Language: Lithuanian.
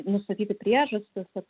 nustatyti priežastis kad